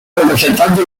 representado